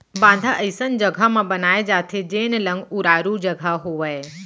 बांधा अइसन जघा म बनाए जाथे जेन लंग उरारू जघा होवय